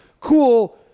cool